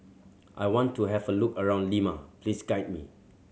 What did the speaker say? I want to have a look around Lima please guide me